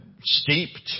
steeped